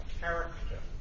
character